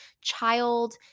child